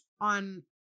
on